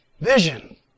Vision